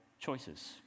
choices